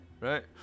right